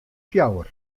fjouwer